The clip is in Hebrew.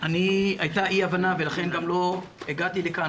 הייתה אי הבנה ולכן גם לא הגעתי לכאן